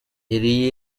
yari